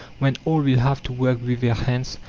when all will have to work with their hands,